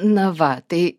na va tai